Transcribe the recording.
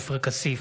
עופר כסיף,